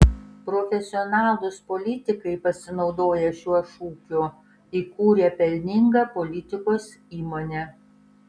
profesionalūs politikai pasinaudoję šiuo šūkiu įkūrė pelningą politikos įmonę